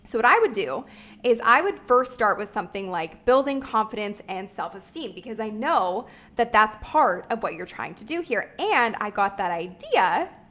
so what i would do is i would first start with something like building confidence and self-esteem because i know that that's part of what you're trying to do here. and i got that idea